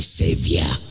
savior